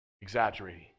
exaggerating